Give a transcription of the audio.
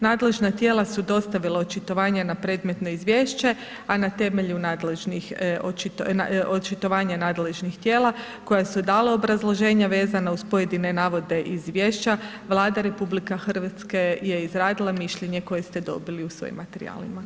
Nadležna tijela su dostavila očitovanja na predmetno izvješće, a na temelju nadležnih, očitovanja nadležnih tijela koja su dala obrazloženja vezano uz pojedine navode iz Izvješća, Vlada Republike Hrvatske je izradila mišljenje koje ste dobili u svojim materijalima.